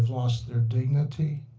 lost their dignity.